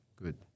good